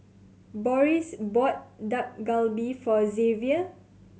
Boris bought Dak Galbi for Xzavier